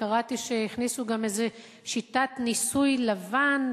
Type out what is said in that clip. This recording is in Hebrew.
קראתי שהכניסו גם איזה שיטת "ניסוי לבן",